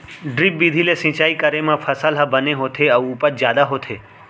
drip बिधि ले सिंचई करे म फसल ह बने होथे अउ उपज जादा होथे